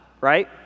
right